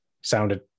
Sounded